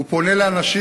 הוא פונה לאנשים,